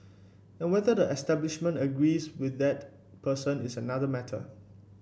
and whether the establishment agrees with that person is another matter